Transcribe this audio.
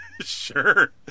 Sure